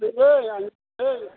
नोङो आंनि